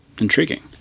Intriguing